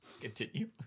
Continue